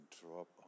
drop